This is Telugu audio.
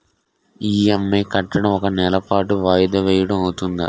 ఇ.ఎం.ఐ కట్టడం ఒక నెల పాటు వాయిదా వేయటం అవ్తుందా?